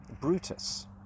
Brutus